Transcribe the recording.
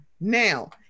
Now